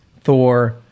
Thor